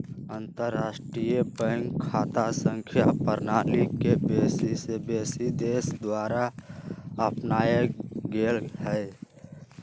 अंतरराष्ट्रीय बैंक खता संख्या प्रणाली के बेशी से बेशी देश द्वारा अपनाएल गेल हइ